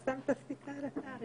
שמת את הסיכה על התאריך.